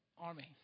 army